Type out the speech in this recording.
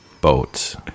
boats